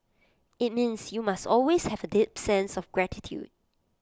IT means you must always have A deep sense of gratitude